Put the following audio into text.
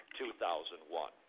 2001